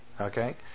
Okay